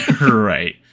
Right